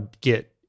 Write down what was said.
get